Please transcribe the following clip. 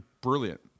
brilliant